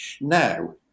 now